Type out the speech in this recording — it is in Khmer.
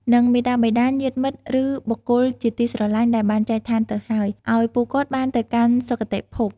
និងមាតាបិតា ញាតិមិត្ត ឬបុគ្គលជាទីស្រឡាញ់ដែលបានចែកឋានទៅហើយ ឲ្យពួកគាត់បានទៅកាន់សុគតិភព។